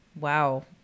Wow